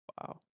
Wow